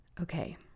okay